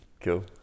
Cool